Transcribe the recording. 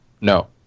No